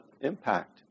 impact